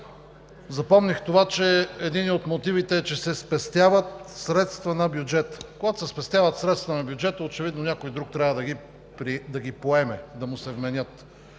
Запомних това, че единият от мотивите е, че се спестяват средства на бюджета. Когато се спестяват средства на бюджета, очевидно някой друг трябва да ги поеме, да му се вменят.